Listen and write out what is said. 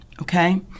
okay